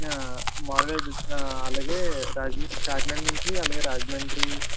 మాములు అలాగే రాజమండ్రి కాకినాడ నుంచి అలాగే రాజమండ్రి